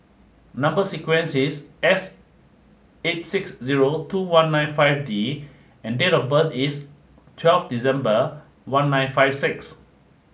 number sequence is S eight six zero two one nine five D and date of birth is twelve December one nine five six